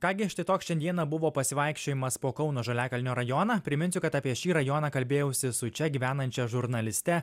ką gi štai toks šiandieną buvo pasivaikščiojimas po kauno žaliakalnio rajoną priminsiu kad apie šį rajoną kalbėjausi su čia gyvenančia žurnaliste